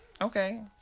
Okay